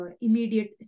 immediate